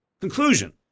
conclusion